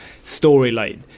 storyline